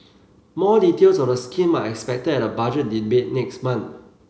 more details of the scheme are expected at the Budget Debate next month